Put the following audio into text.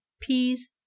peas